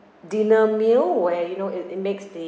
dinner meal where you know it it makes the